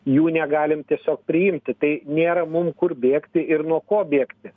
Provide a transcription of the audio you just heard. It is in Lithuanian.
jų negalim tiesiog priimti tai nėra mum kur bėgti ir nuo ko bėgti